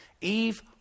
Eve